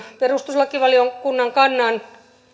perustuslakivaliokunnan kannan